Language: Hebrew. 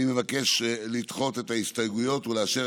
אני מבקש לדחות את ההסתייגויות ולאשר